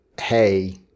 Hey